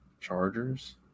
Chargers